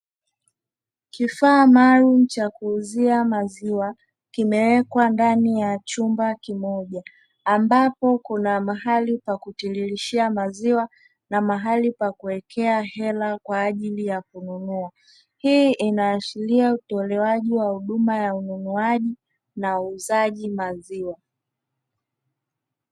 Kifaa maalumu cha kuuzia maziwa kimewekwa ndani ya chumba kimoja ambapo kuna mahali pa kutiririshia maziwa na mahali pa kuwekea hela kwa ajili ya kununua hii inaashiria utolewaji wa huduma ya ununuaji na uuzaji maziwa.